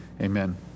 Amen